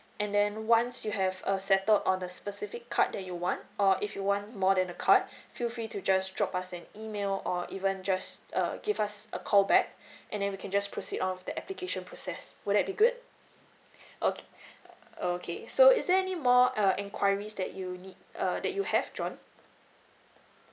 and then once you have err settle on the specific card that you want or if you want more than the card feel free to just drop us an email or even just err give us a call back and then we can just proceed on all of the application process would that be good okay okay so is there any more uh enquiries that you need err that you have john